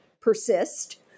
persist